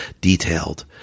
detailed